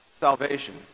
salvation